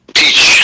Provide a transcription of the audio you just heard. teach